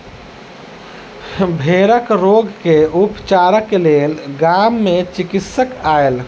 भेड़क रोग के उपचारक लेल गाम मे चिकित्सक आयल